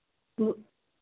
तो